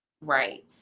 Right